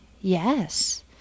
yes